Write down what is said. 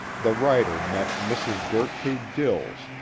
the writer met mrs. gertrude dills,